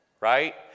right